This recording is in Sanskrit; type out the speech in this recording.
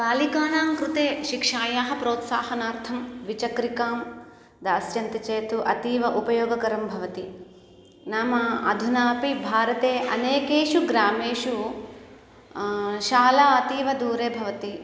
बालिकानां कृते शिक्षायाः प्रोत्साहनार्थं द्विचक्रिकां दास्यन्ति चेत् अतीव उपयोगकरं भवति नाम अधुनापि भारते अनेकेषु ग्रामेषु शाला अतीव दूरे भवति